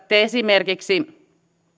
te esimerkiksi